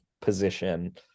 position